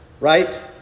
right